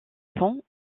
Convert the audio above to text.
pont